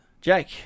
jake